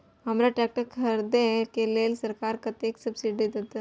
हमरा ट्रैक्टर खरदे के लेल सरकार कतेक सब्सीडी देते?